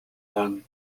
van